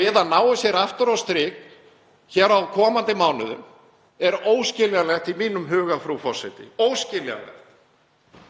við að nái sér aftur á strik á komandi mánuðum. Það er óskiljanlegt í mínum huga, frú forseti, óskiljanlegt.